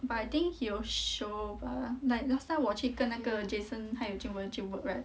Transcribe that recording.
but I think he will show bah like last time 我去跟那个 jason 还有 jun wen 去 work right